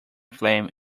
flame